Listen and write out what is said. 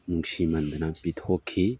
ꯅꯨꯡꯁꯤꯃꯟꯗꯅ ꯄꯤꯊꯣꯛꯈꯤ